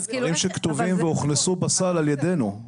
דברים שכתובים והוכנסו לסל על-ידינו.